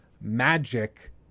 magic